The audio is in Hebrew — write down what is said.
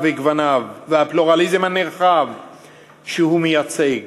מתחייב אני יצחק כהן,